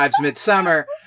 Midsummer